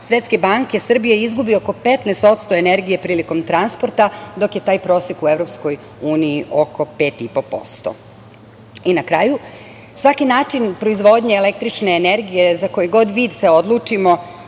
Svetske banke Srbija izgubi oko 15% energije prilikom transporta, dok je taj prosek u EU oko 5,5%.I na kraju, svaki način proizvodnje električne energije, za koji god vid se odlučimo,